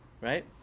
right